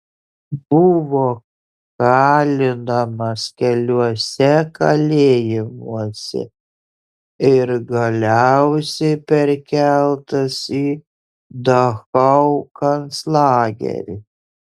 buvo kalinamas keliuose kalėjimuose ir galiausiai perkeltas į dachau konclagerį